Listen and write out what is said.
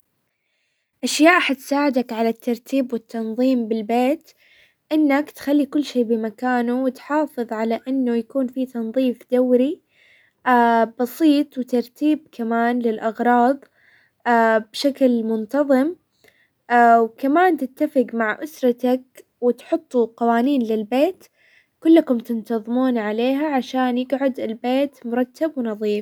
اشياء حتساعدك على الترتيب والتنظيم بالبيتن انك تخلي كل شي بمكانه، وتحافظ على انه يكون في تنظيف دوري بسيط، وترتيب كمان للاغراض بشكل منتظم، كمان تتفق مع اسرتك وتحطوا قوانين للبيت كلكم تنتظمون عليها عشان يقعد البيت مرتب ونظيف.